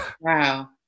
Wow